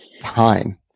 time